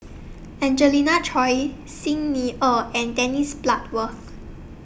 Angelina Choy Xi Ni Er and Dennis Bloodworth